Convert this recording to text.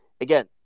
again